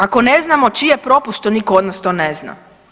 Ako ne znamo, čiji je propust što niko od nas to ne zna?